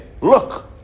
Look